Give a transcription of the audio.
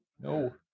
No